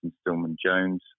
Stillman-Jones